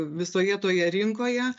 visoje toje rinkoje